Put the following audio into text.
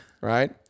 Right